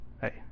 Hey